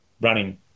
running